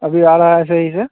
अभी आ रहा है सही से